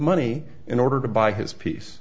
money in order to buy his peace